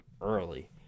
early